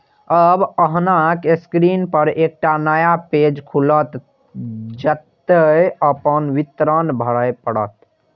आब अहांक स्क्रीन पर एकटा नया पेज खुलत, जतय अपन विवरण भरय पड़त